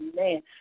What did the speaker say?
Amen